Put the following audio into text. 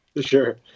Sure